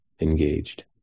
engaged